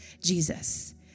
Jesus